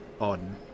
on